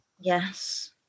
yes